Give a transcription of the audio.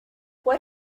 what